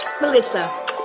Melissa